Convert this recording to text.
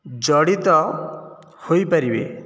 ଜଡ଼ିତ ହୋଇପାରିବେ